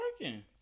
working